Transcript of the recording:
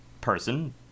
person